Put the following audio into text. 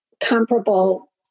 comparable